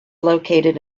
located